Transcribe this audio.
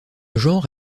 genre